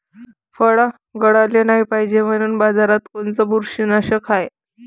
फळं गळाले नाही पायजे म्हनून बाजारात कोनचं बुरशीनाशक हाय?